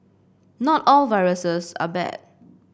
not all viruses are bad